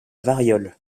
variole